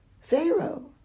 Pharaoh